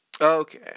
Okay